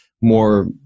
more